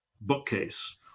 bookcase